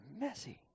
messy